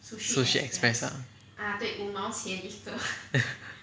sushi express ah